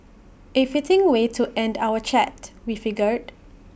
A fitting way to end our chat we figured